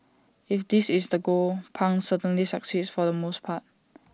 if this is the goal pang certainly succeeds for the most part